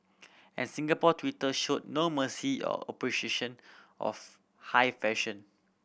and Singapore Twitter showed no mercy or appreciation of high fashion